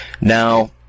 now